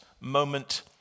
moment